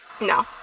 No